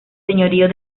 señorío